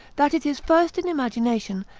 that it is first in imagination,